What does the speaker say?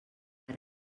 per